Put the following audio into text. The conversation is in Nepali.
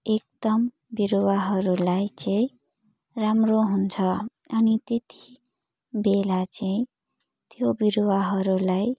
एकदम बिरूवाहरूलाई चाहिँ राम्रो हुन्छ अनि त्यति बेला चाहिँ त्यो बिरूवाहरूलाई